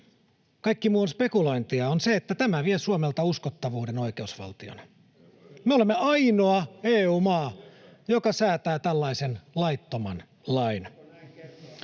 kaikki muu spekulointia — on se, että tämä vie Suomelta uskottavuuden oikeusvaltiona. Me olemme ainoa EU-maa, joka säätää tällaisen laittoman lain.